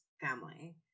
family